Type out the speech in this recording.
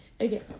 Okay